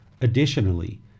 Additionally